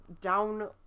down